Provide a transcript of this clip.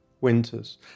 winters